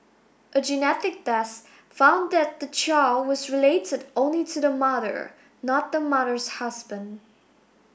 a genetic test found that the child was related only to the mother not the mother's husband